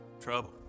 Trouble